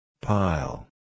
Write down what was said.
Pile